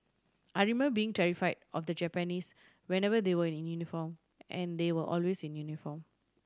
I remember being terrify of the Japanese whenever they were in uniform and they were always in uniform